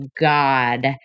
God